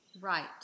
Right